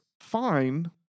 fine